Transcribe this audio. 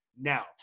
now